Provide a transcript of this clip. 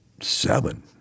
seven